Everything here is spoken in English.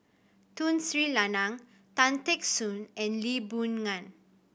Tun Sri Lanang Tan Teck Soon and Lee Boon Ngan